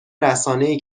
رسانهای